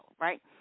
right